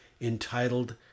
entitled